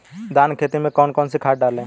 धान की खेती में कौन कौन सी खाद डालें?